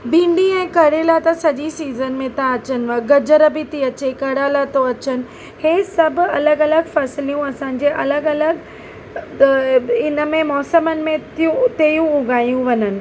भिंडी ऐं करेला त सॼी सिज़न में था अचनि गजर बि थी अचे करेला थो अचनि हे सभु अलॻि अलॻि फ़सलियूं असांजे अलॻि अलॻि इन में मौसमनि में थियूं तेयूं उगायूं वञनि